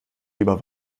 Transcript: lieber